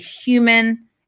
human